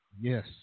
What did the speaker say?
Yes